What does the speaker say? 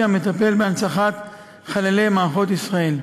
המטפל בהנצחת זכרם של חללי מערכות ישראל.